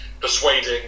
persuading